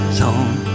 zone